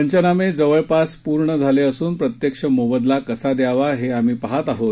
पंचनामे जवळपास पूर्ण झाले असून प्रत्यक्ष मोबदला कसा द्यावा हे आम्ही पहात आहोत